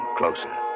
closer